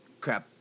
crap